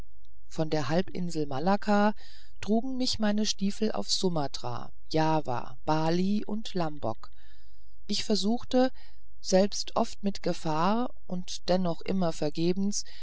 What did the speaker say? von der halbinsel malakka trugen mich meine stiefel auf sumatra java bali und lamboc ich versuchte selbst oft mit gefahr und dennoch immer vergebens